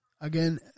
Again